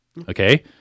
Okay